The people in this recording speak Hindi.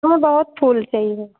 वह बहुत फूलते हैं वह